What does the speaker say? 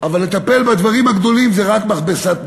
אבל לטפל בדברים הגדולים, זאת רק מכבסת מילים.